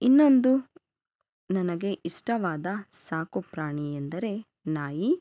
ಇನ್ನೊಂದು ನನಗೆ ಇಷ್ಟವಾದ ಸಾಕು ಪ್ರಾಣಿ ಎಂದರೆ ನಾಯಿ